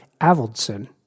Avildsen